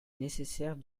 nécessaire